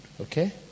Okay